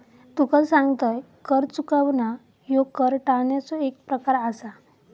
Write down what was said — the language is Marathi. तुका सांगतंय, कर चुकवणा ह्यो कर टाळण्याचो एक प्रकार आसा